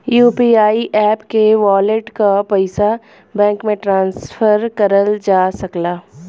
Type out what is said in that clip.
UPI app के wallet क पइसा बैंक में ट्रांसफर करल जा सकला